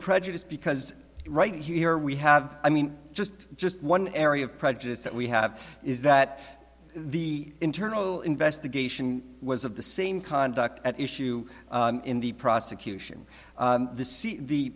prejudice because right here we have i mean just just one area of prejudice that we have is that the internal investigation was of the same conduct at issue in the prosecution the c the